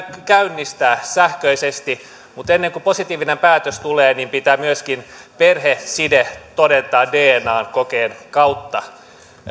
käynnistää sähköisesti mutta ennen kuin positiivinen päätös tulee pitää myöskin perheside todeta dna kokeen kautta